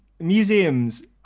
Museums